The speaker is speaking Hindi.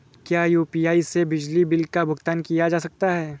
क्या यू.पी.आई से बिजली बिल का भुगतान किया जा सकता है?